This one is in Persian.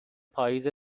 پائیز